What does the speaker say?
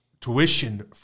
tuition